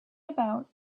about